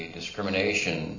discrimination